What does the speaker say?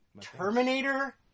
Terminator